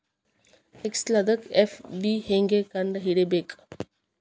ಎಕ್ಸೆಲ್ದಾಗ್ ಎಫ್.ವಿ ಹೆಂಗ್ ಕಂಡ ಹಿಡಿಬೇಕ್